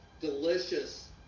Delicious